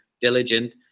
diligent